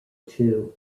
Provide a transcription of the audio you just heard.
two